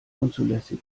unzulässig